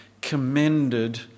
commended